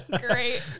Great